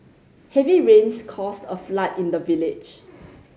heavy rains caused a flood in the village